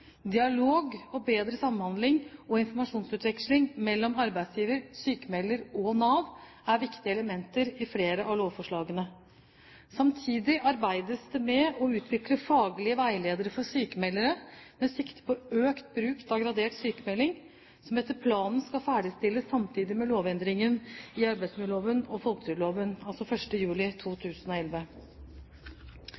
Dialog og bedre samhandling og informasjonsutveksling mellom arbeidsgiver, sykmelder og Nav er viktige elementer i flere av lovforslagene. Samtidig arbeides det med å utvikle faglige veiledere for sykmeldere med sikte på økt bruk av gradert sykmelding, som etter planen skal ferdigstilles samtidig med lovendringer i arbeidsmiljøloven og folketrygdloven, 1. juli